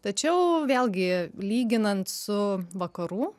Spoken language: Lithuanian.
tačiau vėlgi lyginant su vakarų